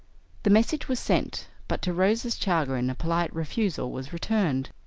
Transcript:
the message was sent, but to rose's chagrin a polite refusal was returned.